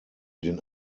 den